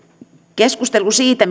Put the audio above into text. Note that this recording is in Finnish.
keskustelu siitä